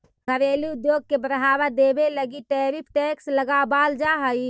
घरेलू उद्योग के बढ़ावा देवे लगी टैरिफ टैक्स लगावाल जा हई